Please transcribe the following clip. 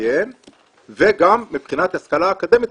וגם מבחינת השכלה אקדמית,